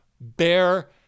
bear